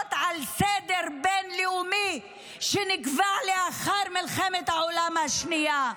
שמערערות סדר בין-לאומי שנקבע לאחר מלחמת העולם השנייה.